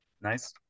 nice